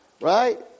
right